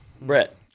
Brett